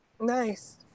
Nice